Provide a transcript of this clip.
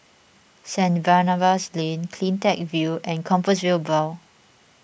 Saint Barnabas Lane CleanTech View and Compassvale Bow